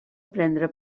prendre